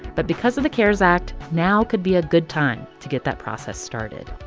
but because of the cares act, now could be a good time to get that process started.